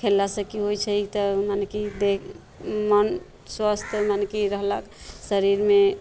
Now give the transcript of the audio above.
खेललासँ की होइ छै तऽ मने कि देह मन स्वस्थ मने कि रहलक शरीरमे